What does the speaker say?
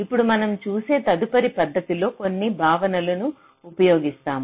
ఇప్పుడు మనం చూసే తదుపరి పద్ధతిలో కొన్ని భావనలను ఉపయోగిస్తాము